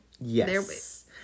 Yes